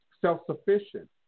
self-sufficient